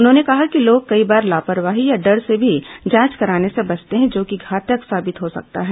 उन्होंने कहा कि लोग कई बार लापरवाही या डर से भी जांच कराने से बचते हैं जो कि घातक साबित हो सकता है